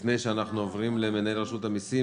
לפני שאנחנו עוברים למנהל רשות המסים,